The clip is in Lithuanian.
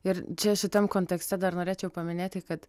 ir čia šitam kontekste dar norėčiau paminėti kad